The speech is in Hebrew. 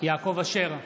יעקב אשר,